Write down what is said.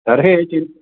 तर्हि चिन्त्